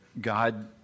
God